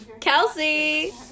kelsey